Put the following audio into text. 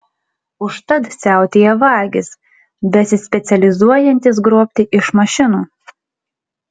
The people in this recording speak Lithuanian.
užtat siautėja vagys besispecializuojantys grobti iš mašinų